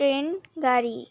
train গাড়ি